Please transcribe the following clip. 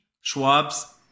Schwab's